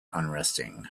unresting